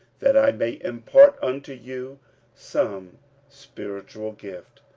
that i may impart unto you some spiritual gift,